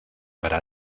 para